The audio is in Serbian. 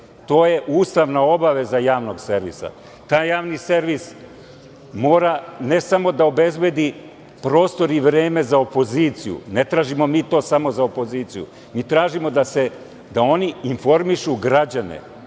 To je ustavna obaveza javnog servisa. Taj javni servis mora ne samo da obezbedi prostor i vreme za opoziciju, ne tražimo mi to samo za opoziciju, mi tražimo da oni informišu građane,